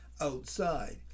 outside